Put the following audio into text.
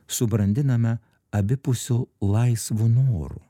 subrandiname abipusiu laisvu noru